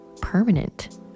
permanent